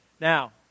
Now